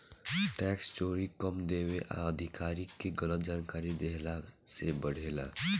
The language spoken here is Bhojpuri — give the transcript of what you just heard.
टैक्स चोरी कम देवे आ अधिकारी के गलत जानकारी देहला से बढ़ेला